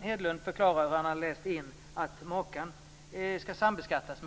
Hedlund får förklara hur han kan läsa in att makar skall sambeskattas.